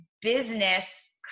business